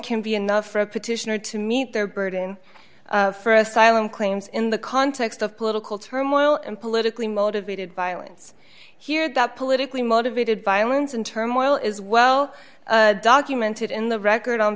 can be enough for a petitioner to meet their burden for asylum claims in the context of political turmoil and politically motivated violence here that politically motivated violence and turmoil is well documented in the record on